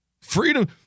Freedom